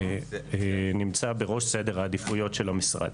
ונמצא בראש סדר העדיפויות של המשרד.